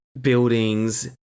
buildings